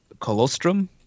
colostrum